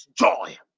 joy